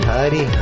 Hari